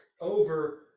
over